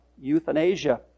euthanasia